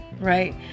right